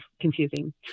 confusing